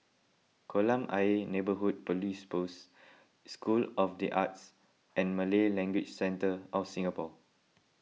Kolam Ayer Neighbourhood Police Post School of the Arts and Malay Language Centre of Singapore